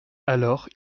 alors